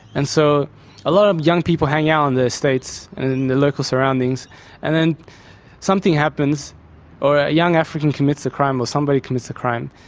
and so a lot of young people hang out on the estates and the local surroundings and then something happens or a young african commits a crime, or somebody commits a crime,